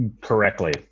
correctly